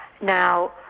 Now